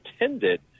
attended